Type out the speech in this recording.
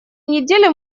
недели